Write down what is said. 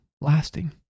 lasting